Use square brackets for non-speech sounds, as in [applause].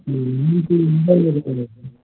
[unintelligible]